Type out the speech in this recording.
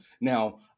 Now